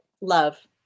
love